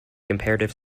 comparative